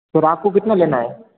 sir आप को कितना लेना है